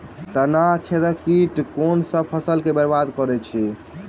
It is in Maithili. तना छेदक कीट केँ सँ फसल केँ बरबाद करैत अछि?